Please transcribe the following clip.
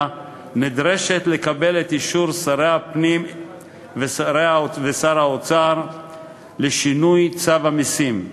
נדרשת לקבל את אישור שר הפנים ושר האוצר לשינוי צו המסים.